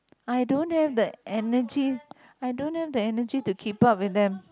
I don't have the energy I don't have the energy to keep up with them